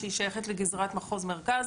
שהיא שייכת לגזרת מחוז מרכז,